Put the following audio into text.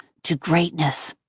to greatness.